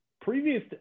previous